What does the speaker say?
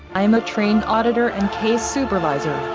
i am a trained auditor and case supervisor,